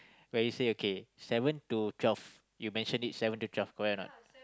where you say okay seven to twelve you mention it seven to twelve correct or not